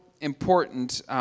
important